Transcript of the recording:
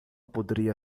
poderia